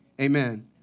Amen